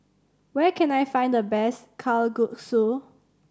where can I find the best Kalguksu